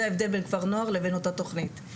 זה ההבדל בין כפר נוער לבין אותה תכנית.